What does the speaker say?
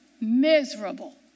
Miserable